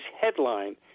headline